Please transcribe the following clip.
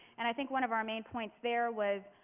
and i think one of our main points there was,